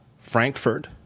Frankfurt